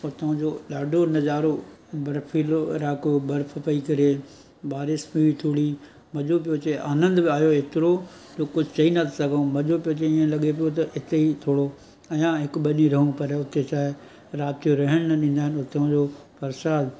उतां जो ॾाढो नज़ारो बर्फीलो इलाइक़ो बर्फ पेई किरे बारिश पेई थोरी मज़ो पियो अचे आनंदु पिए आयो एतिरो जो कुझु चई नथा सघूं मज़ो पियो अचे इअं लॻे पियो त इते ई थोरो अञा हिकु ॿ ॾींहं रहूं पर उते छाहे राति जो रहण न ॾींदा आहिनि उतां जो प्रसाद खिचिड़ी